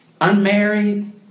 unmarried